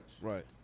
Right